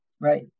Right